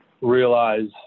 realize